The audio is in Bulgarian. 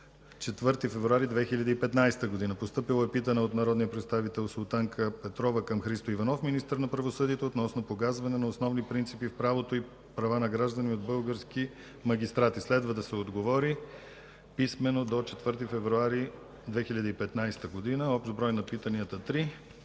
4 февруари 2015 г.; - народния представител Султанка Петрова към Христо Иванов – министър на правосъдието, относно погазване на основни принципи в правото и права на граждани от български магистрати. Следва да се отговори писмено до 4 февруари 2015 г. Общ брой на питанията 3.